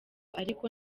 ariko